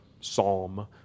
psalm